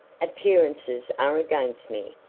appearances are against me,